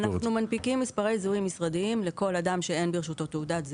אנחנו מנפיקים מספרי זיהוי משרדיים לכל אדם שאין ברשותו תעודת זהות,